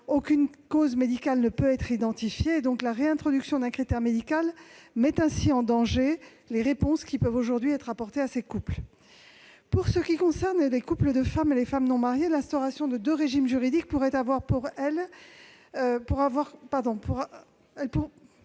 aucune cause médicale ne peut être identifiée. La réintroduction d'un critère médical met en danger les réponses aujourd'hui apportées à ces couples. Pour ce qui concerne les couples de femmes et les femmes non mariées, l'instauration de deux régimes juridiques pourrait avoir pour conséquence